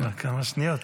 כמה שניות.